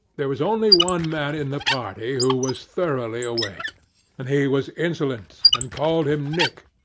there was only one man in the party who was thoroughly awake and he was insolent, and called him nick.